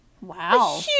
Wow